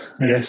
Yes